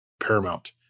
Paramount